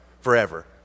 forever